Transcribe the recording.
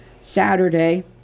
Saturday